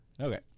Okay